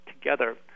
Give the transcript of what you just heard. together